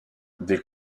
des